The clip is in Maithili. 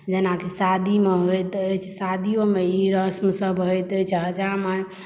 जेनाकि शादी मे होइत अछि शादीयो मे ई रस्म सब होइत अछि हजाम